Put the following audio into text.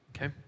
okay